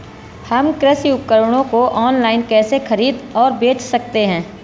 हम कृषि उपकरणों को ऑनलाइन कैसे खरीद और बेच सकते हैं?